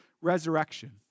resurrection